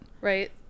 Right